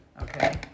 Okay